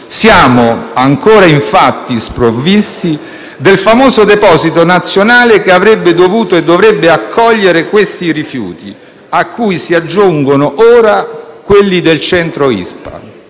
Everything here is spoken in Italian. Siamo ancora sprovvisti, infatti, del famoso deposito nazionale che avrebbe dovuto e dovrebbe accogliere questi rifiuti, cui si aggiungono ora quelli del Centro di Ispra.